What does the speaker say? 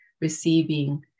receiving